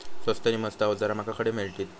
स्वस्त नी मस्त अवजारा माका खडे मिळतीत?